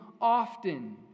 often